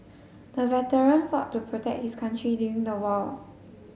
the veteran fought to protect his country during the war